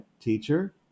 teacher